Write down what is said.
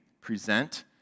present